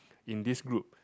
in this group